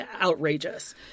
outrageous